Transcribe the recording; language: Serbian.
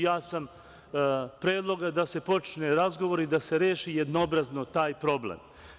Ja sam predloga da se počne razgovor i da se reši jednobrazno taj problem.